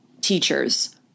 teachers